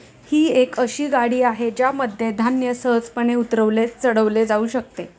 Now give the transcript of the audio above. ही एक अशी गाडी आहे ज्यामध्ये धान्य सहजपणे उतरवले चढवले जाऊ शकते